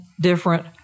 different